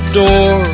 door